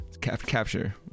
capture